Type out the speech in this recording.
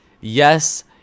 Yes